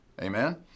Amen